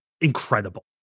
incredible